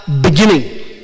beginning